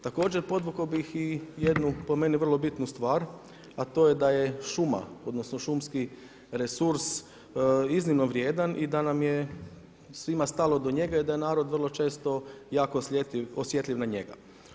Također podvukao bih i jednu po meni vrlo bitnu stvar, a to je da je šuma odnosno šumski resurs iznimno vrijedan i da nam je svima stalo do njega i da je narod vrlo često jako osjetljiv na njega.